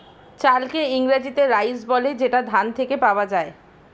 চালকে ইংরেজিতে রাইস বলে যেটা ধান থেকে পাওয়া যায়